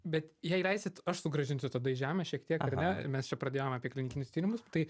bet jei leisit aš sugrąžinsiu tada į žemę šiek tiek ar ne ir mes čia pradėjom apie klinikinius tyrimus tai